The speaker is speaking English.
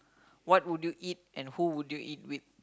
what would you eat and who would you eat with